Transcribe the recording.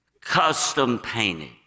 custom-painted